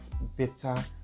better